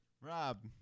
Rob